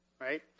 right